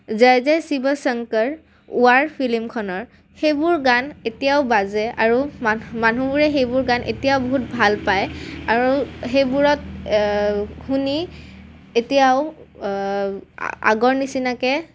জয় Jai Shiv Shankar War ফিল্মখনৰ সেইবোৰ গান এতিয়াও বাজে আৰু মা মানুহবোৰে সেইবোৰ গান এতিয়াও বহুত ভাল পায় আৰু সেইবোৰত শুনি এতিয়াও আগৰ নিচিনাকৈ